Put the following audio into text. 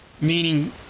meaning